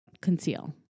conceal